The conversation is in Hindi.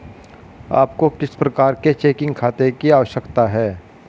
आपको किस प्रकार के चेकिंग खाते की आवश्यकता है?